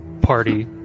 party